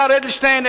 השר אדלשטיין,